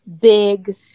big